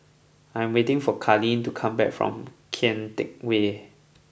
I am waiting for Karlene to come back from Kian Teck Way